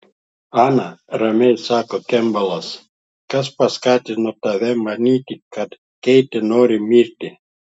ana ramiai sako kempbelas kas paskatino tave manyti kad keitė nori mirti